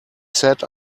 sat